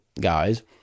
guys